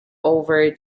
over